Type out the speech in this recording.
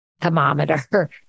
thermometer